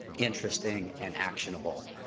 interesting, and actionable.